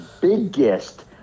biggest